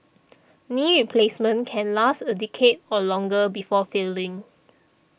knee replacements can last a decade or longer before failing